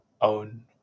own